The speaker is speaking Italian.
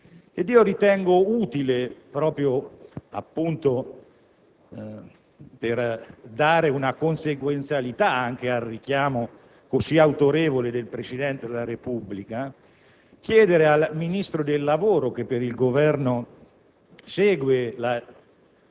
Ritengo utile, proprio per dare consequenzialità al richiamo così autorevole del Presidente della Repubblica, chiedere al Ministro del lavoro, che per il Governo segue la